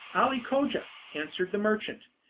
ali cogia, answered the merchant,